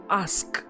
ask